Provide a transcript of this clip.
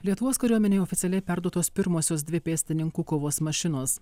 lietuvos kariuomenei oficialiai perduotos pirmosios dvi pėstininkų kovos mašinos